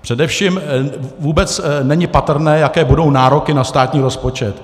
Především vůbec není patrné, jaké budou nároky na státní rozpočet.